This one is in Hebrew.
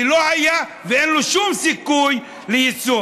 כי לא היה ואין לו שום סיכוי ליישום.